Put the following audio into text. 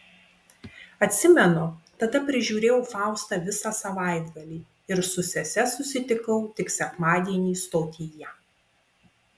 atsimenu tada prižiūrėjau faustą visą savaitgalį ir su sese susitikau tik sekmadienį stotyje